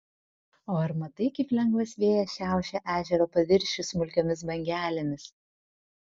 o ar matai kaip lengvas vėjas šiaušia ežero paviršių smulkiomis bangelėmis